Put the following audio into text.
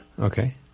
Okay